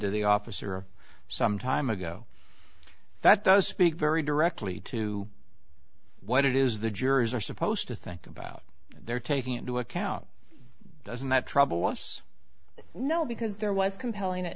to the officer some time ago that does speak very directly to what it is the juries are supposed to think about they're taking into account doesn't that trouble us no because there was compelling